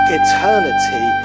eternity